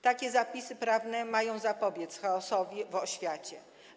Takie zapisy prawne mają zapobiec chaosowi w oświacie.